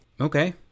Okay